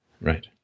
Right